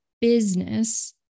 business